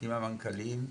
עם המנכ"לים,